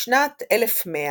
בשנת 1100,